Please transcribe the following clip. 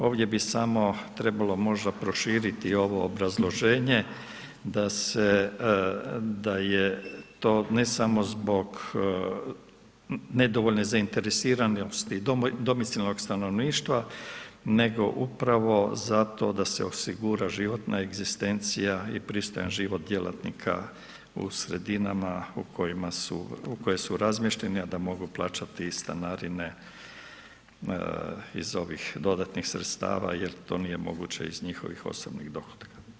Ovdje bi samo trebalo možda proširiti ovo obrazloženje, da se da je to ne samo zbog nedovoljne zainteresiranosti domicilnog stanovništva, nego upravo zato da se osigura životna egzistencija i pristojan život djelatnika u sredinama u koje su razmješteni, a da mogu plaćati stanarine, iz ovih dodatnih sredstava jer to nije moguće iz njihovih osobnih dohotka.